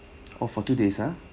oh for two days ah